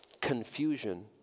Confusion